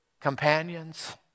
companions